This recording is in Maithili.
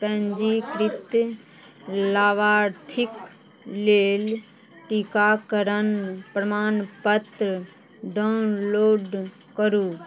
पञ्जीकृत लाभार्थीक लेल टीकाकरण प्रमाणपत्र डाउनलोड करू